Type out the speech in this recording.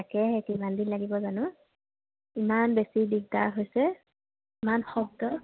তাকে কিমানদিন লাগিব জানো ইমান বেছি দিগদাৰ হৈছে ইমান শব্দ